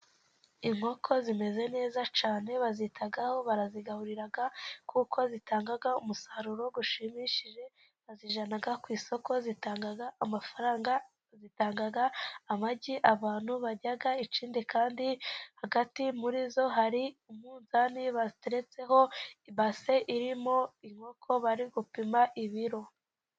Inkoko zimeze neza cyane bazitaho, barazigaburira kuko zitanga umusaruro ushimishije, bazijyana ku isoko zitanga amafaranga, zitanga amagi abantu bajya ikindi kandi hagati muri zo hari umunzani bateretseho ibase irimo inkoko bari gupima ibiro.